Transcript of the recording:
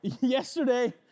Yesterday